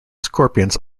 scorpions